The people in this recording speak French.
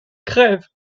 crève